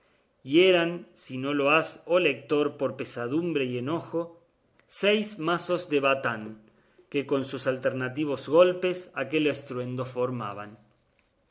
y eran si no lo has oh lector por pesadumbre y enojo seis mazos de batán que con sus alternativos golpes aquel estruendo formaban